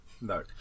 No